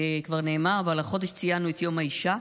כבר נאמר, אבל החודש ציינו את יום האישה,